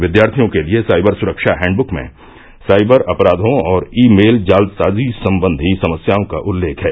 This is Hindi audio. विद्यार्थियों के लिए साइबर सुरक्षा हैंडबुक में साइबर अपराधों और ई मेल जालसाजी संबंधी समस्याओं का उल्लेख है